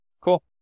cool